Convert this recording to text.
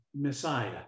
Messiah